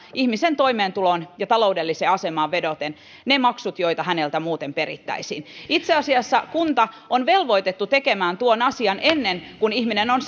ihmisen toimeentuloon ja taloudelliseen asemaan vedoten ne maksut joita häneltä muuten perittäisiin itse asiassa kunta on velvoitettu tekemään tuon asian ennen kuin ihmisen on